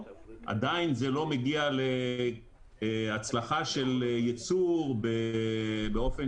עדיין זה לא מגיע להצלחה של ייצור באופן